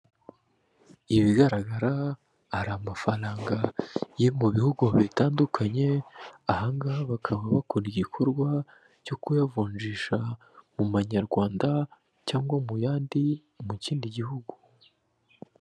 Ibigaragara hari amafaranga yo mu bihugu bitandukanye, aha ngaha bakaba bakora igikorwa cyo kuyavunjisha mu manyarwanda cyangwa mu yandi, mu kindi gihugu.